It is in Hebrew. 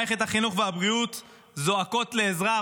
מערכת החינוך והבריאות זועקות לעזרה,